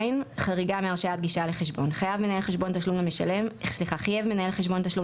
חריגה מהרשאת גישה לחשבון 39ז. חייב מנהל חשבון תשלום